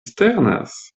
sternas